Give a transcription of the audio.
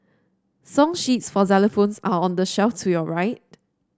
song sheets for xylophones are on the shelf to your right